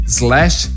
slash